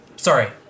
Sorry